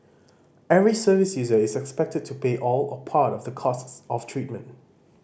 every service user is expected to pay all or part of the costs of treatment